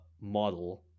model